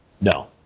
No